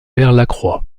lacroix